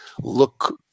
look